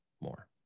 more